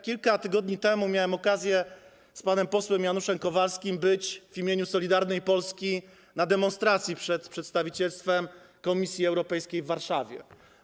Kilka tygodni temu miałem okazję z panem posłem Januszem Kowalskim być w imieniu Solidarnej Polski na demonstracji przed przedstawicielstwem Komisji Europejskiej w Warszawie.